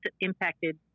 impacted